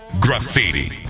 Graffiti